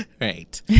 Right